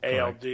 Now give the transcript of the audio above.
ALD